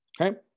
Okay